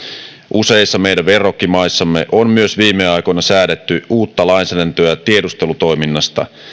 useissa meidän verrokkimaissamme on myös viime aikoina säädetty uutta lainsäädäntöä tiedustelutoiminnasta